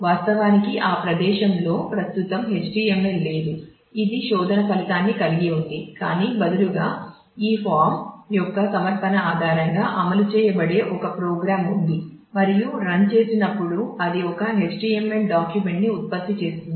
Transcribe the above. వాస్తవానికి ఆ ప్రదేశంలో ప్రస్తుతం HTML లేదు ఇది శోధన ఫలితాన్ని కలిగి ఉంది కానీ బదులుగా ఈ ఫారమ్ యొక్క సమర్పణ ఆధారంగా అమలు చేయబడే ఒక ప్రోగ్రామ్ చేసినప్పుడు అది ఒక HTML డాక్యుమెంట్ ని ఉత్పత్తి చేస్తుంది